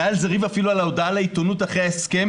היה איזה ריב אפילו על ההודעה לעיתונות אחרי ההסכם,